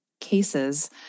Cases